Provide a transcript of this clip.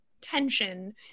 tension